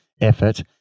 effort